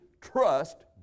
trust